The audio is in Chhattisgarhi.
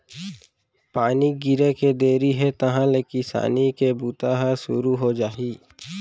पानी गिरे के देरी हे तहॉं ले किसानी के बूता ह सुरू हो जाही